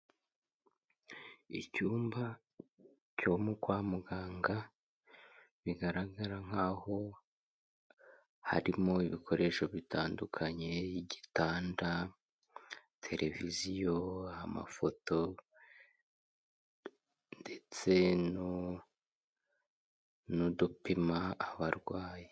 Icyumba cyo kwa muganga, bigaragara nk'aho harimo ibikoresho bitandukanye nk'igitanda televiziyo, amafoto ndetse n'udupima abarwayi.